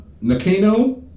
Nakano